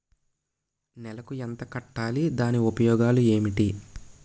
నెలకు ఎంత కట్టాలి? దాని ఉపయోగాలు ఏమిటి?